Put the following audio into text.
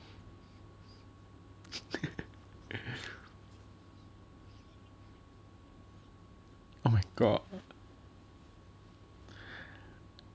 oh my god